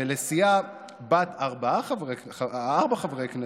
ולסיעה בת ארבעה חברי כנסת,